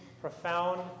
profound